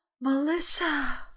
Melissa